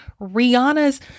Rihanna's